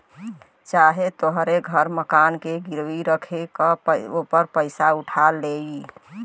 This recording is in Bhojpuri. चाहे तोहरे घर मकान के गिरवी रख के ओपर पइसा उठा लेई